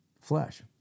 flesh